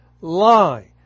lie